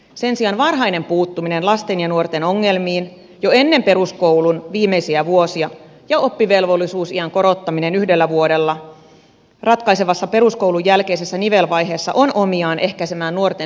sen sijaan varhainen puuttuminen lasten ja nuorten ongelmiin jo ennen peruskoulun viimeisiä vuosia ja oppivelvollisuusiän korottaminen yhdellä vuodella ratkaisevassa peruskoulun jälkeisessä nivelvaiheessa ovat omiaan ehkäisemään nuorten syrjäytymistä